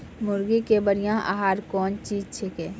मुर्गी के बढ़िया आहार कौन चीज छै के?